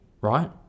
right